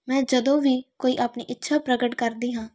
ਮੈਂ ਜਦੋਂ ਵੀ ਕੋਈ ਆਪਣੀ ਇੱਛਾ ਪ੍ਰਗਟ ਕਰਦੀ ਹਾਂ